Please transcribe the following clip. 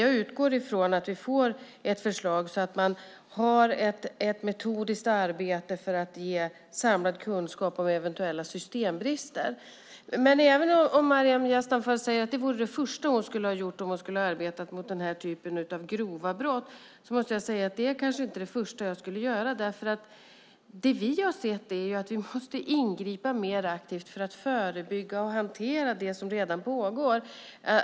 Jag utgår ifrån att vi får ett förslag så att man genom ett metodiskt arbete kan få samlad kunskap om eventuella systembrister. Maryam Yazdanfar säger att det vore det första hon skulle ha gjort om hon skulle ha arbetat mot den här typen av grova brott, men jag måste säga att det är kanske inte det första jag skulle göra. Vi har sett att vi måste ingripa mer aktivt för att förebygga och hantera det som redan pågår.